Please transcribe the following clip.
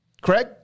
Craig